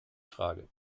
frage